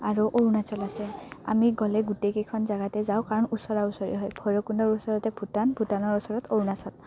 আৰু অৰুণাচল আছে আমি গ'লে গোটেইকেইখন জাগাতে যাওঁ কাৰণ ওচৰা ওচৰি হয় ভৈৰৱকুণ্ডৰ ওচৰতে ভূটান ভূটানৰ ওচৰত অৰুণাচল